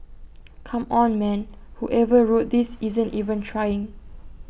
come on man whoever wrote this isn't even trying